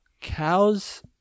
cow's